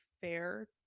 fair